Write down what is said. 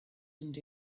and